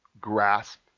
grasp